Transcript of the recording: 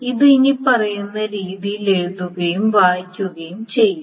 ഇത് ഇനിപ്പറയുന്ന രീതിയിൽ എഴുതുകയും വായിക്കുകയും ചെയ്യും